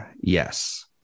Yes